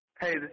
Hey